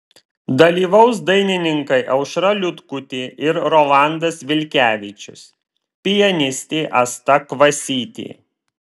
dalyvaus dainininkai aušra liutkutė ir rolandas vilkevičius pianistė asta kvasytė